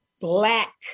black